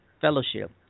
Fellowship